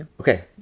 Okay